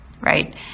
right